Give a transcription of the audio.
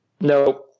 No